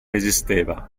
esisteva